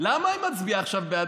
למה היא מצביעה עכשיו בעד?